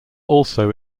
also